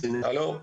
הלאומי.